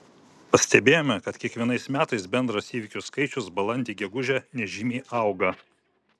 pastebėjome kad kiekvienais metais bendras įvykių skaičius balandį gegužę nežymiai auga